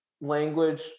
language